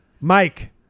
Mike